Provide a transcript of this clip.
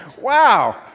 Wow